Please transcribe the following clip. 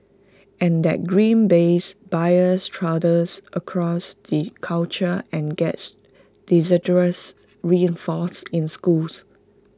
and that grim bays bias trudges across the culture and gets disastrous reinforced in schools